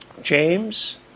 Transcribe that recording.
James